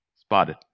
spotted